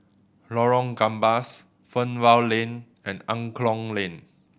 Lorong Gambas Fernvale Lane and Angklong Lane